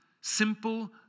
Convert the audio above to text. simple